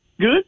good